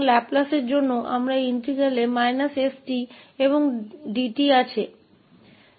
Laplace के लिए हमारे पास इस समाकल में e st और d𝑡 हैं